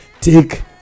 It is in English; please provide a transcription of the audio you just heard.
take